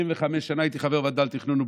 25 שנים הייתי חבר בוועדה לתכנון ובנייה.